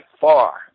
far